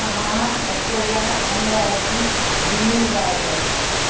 Thane Akola Amravati Beed Raigad